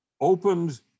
opened